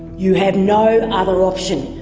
you have no other option.